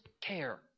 care